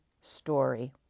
story